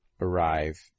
arrive